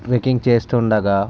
trekking చేస్తుండగా